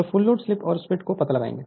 तो full load slip और speed का पता लगाएं